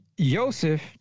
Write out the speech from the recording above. Joseph